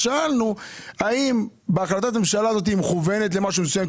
אז שאלנו האם החלטת הממשלה הזאת מכוונת למשהו מסוים,